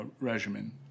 regimen